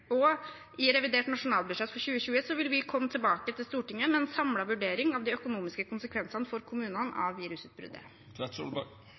Og i revidert nasjonalbudsjett for 2020 vil vi komme tilbake til Stortinget med en samlet vurdering av de økonomiske konsekvensene for kommunene